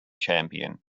champion